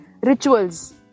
rituals